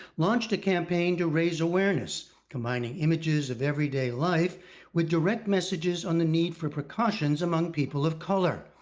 launched a campaign to raise awareness, combining images of everyday life with direct messages on the need for precautions among people of color,